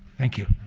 thank you.